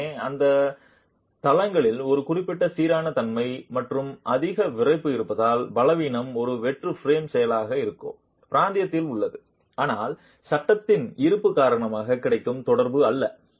வெறுமனே அந்த கதைகளில் ஒரு குறிப்பிட்ட சீரான தன்மை மற்றும் அதிக விறைப்பு இருப்பதால் பலவீனம் ஒரு வெற்று பிரேம் செயலாக இருக்கும் பிராந்தியத்தில் உள்ளது ஆனால் சட்டத்தின் இருப்பு காரணமாக கிடைக்கும் தொடர்பு அல்ல